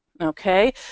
Okay